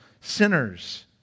sinners